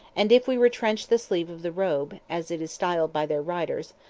and if we retrench the sleeve of the robe, as it is styled by their writers,